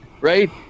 right